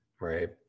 right